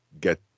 get